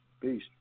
Peace